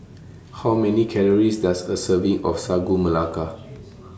How Many Calories Does A Serving of Sagu Melaka